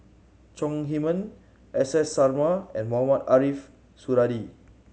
Chong Heman S S Sarma and Mohamed Ariff Suradi